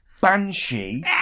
banshee